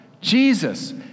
Jesus